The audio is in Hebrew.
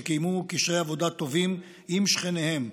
שקיימו קשרי עבודה טובים עם שכניהם,